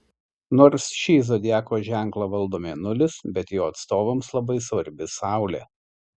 nors šį zodiako ženklą valdo mėnulis bet jo atstovams labai svarbi saulė